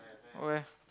where